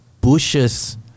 bushes